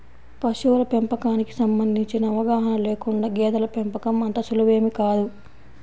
పశువుల పెంపకానికి సంబంధించిన అవగాహన లేకుండా గేదెల పెంపకం అంత సులువేమీ కాదు